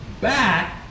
back